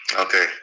Okay